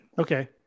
Okay